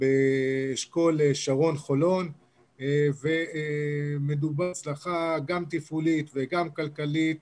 באשכול שרון-חולון ומדובר בהצלחה גם תפעולית וגם כלכלית